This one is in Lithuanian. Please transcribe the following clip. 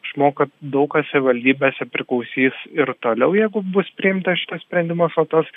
aš manau kad daug kas savivaldybėse priklausys ir toliau jeigu bus priimtas šitas sprendimas o tos